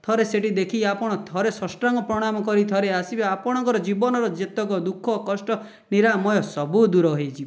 ଥରେ ସେଇଠି ଦେଖି ଆପଣ ଥରେ ସାଷ୍ଟାଙ୍ଗ ପ୍ରଣାମ କରି ଥରେ ଆସିବେ ଆପଣଙ୍କ ଜୀବନର ଯେତେକ ଦୁଃଖ କଷ୍ଟ ନିରାମୟ ସବୁ ଦୂର ହୋଇଯିବ